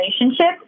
relationship